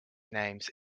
names